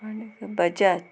आनी बजाज